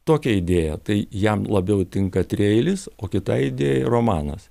tokią idėją tai jam labiau tinka trieilis o kitai idėjai romanas